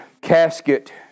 casket